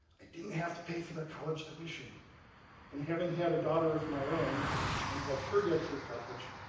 i didn't have to pay for their college tuition and having had a daughter of my own and helped her get through college.